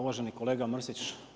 Uvaženi kolega Mrsić.